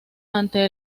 ante